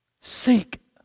Seek